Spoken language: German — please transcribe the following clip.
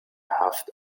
haft